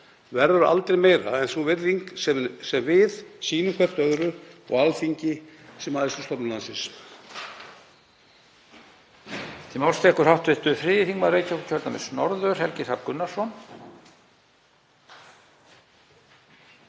verður aldrei meira en sú virðing sem við sýnum hvert öðru og Alþingi sem æðstu stofnun landsins.